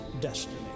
destiny